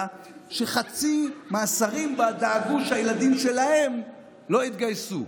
שחצי מהשרים בה דאגו שהילדים שלהם לא יתגייסו?